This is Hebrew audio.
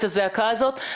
את הזעקה הזאת.